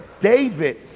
david